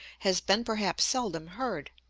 has been perhaps seldom heard.